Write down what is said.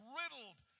riddled